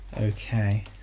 Okay